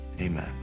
amen